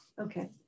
okay